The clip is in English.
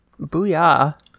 Booyah